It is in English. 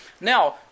Now